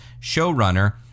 showrunner